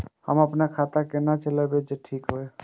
हम अपन खाता केना चलाबी जे ठीक होय?